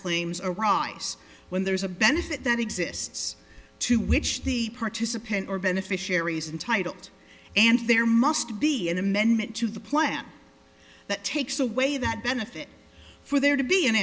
flames are raw yes when there is a benefit that exists to which the participant or beneficiaries untitled and there must be an amendment to the plan that takes away that benefit for there to be